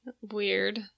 Weird